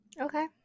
Okay